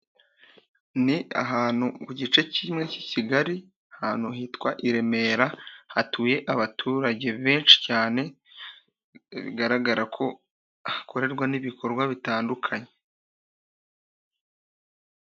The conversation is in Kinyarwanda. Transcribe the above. Ni ahantu mu gice kimwe cy'i Kigali, ahantu hitwa i Remera hatuye abaturage benshi cyane, bigaragara ko hakorerwa n'ibikorwa bitandukanye.